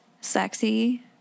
sexy